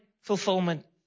fulfillment